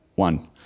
One